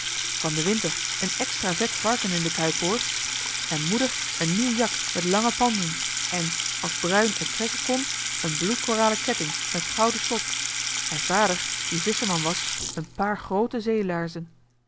van den winter een extra vet varken in de kuip hoor en moeder een nieuw jak met lange panden en als bruin het trekken kon een bloedkoralen ketting met gouden slot en vader die visscherman was een paar groote zeelaarzen